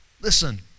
listen